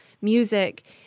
music